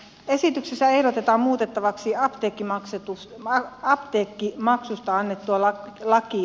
esityksessä ehdotetaan muutettavaksi apteekkimaksusta annettua lakia